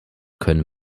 können